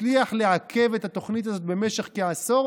הצליח לעכב את התוכנית הזאת במשך כעשור,